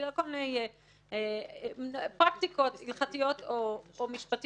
בגלל כל מיני פרקטיות הלכתיות או משפטיות